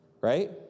right